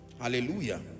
hallelujah